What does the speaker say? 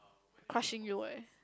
crushing you leh